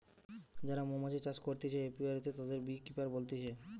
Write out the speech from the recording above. যারা মৌমাছি চাষ করতিছে অপিয়ারীতে, তাদিরকে বী কিপার বলতিছে